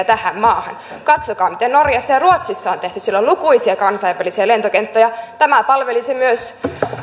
tähän maahan katsokaa miten norjassa ja ruotsissa on tehty siellä on lukuisia kansainvälisiä lentokenttiä tämä palvelisi myös